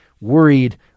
worried